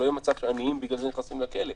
שלא יהיה מצב שהעניים בגלל זה נכנסים לכלא.